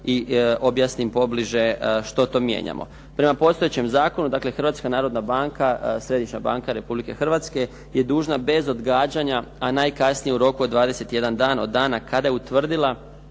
i objasnim pobliže što to mijenjamo. Prema postojećem Zakonu dakle Hrvatska narodna banka, dakle središnja banka Republike Hrvatske je dužna bez odgađanja a najkasnije u roku od 21 dan od dana kada je utvrdila